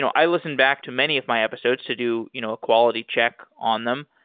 i listen back to many of my episodes to do you know a quality check on them.